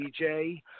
DJ